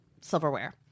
silverware